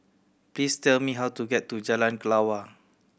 please tell me how to get to Jalan Kelawar